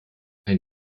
ein